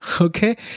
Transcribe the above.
Okay